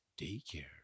daycare